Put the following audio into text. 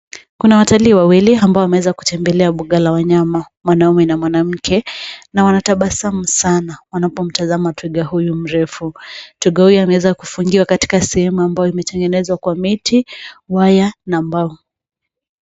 Kuna watalii wawili ambao wameweza kutembelea mbuga la wanyama, mwanamume na mwanamke na wanatabasamu sana wanapomtazama twiga huyu mrefu. Twiga huyu ameweza kufungiwa katika sehemu ambayo imetengenezwa kwa miti, waya na mbao.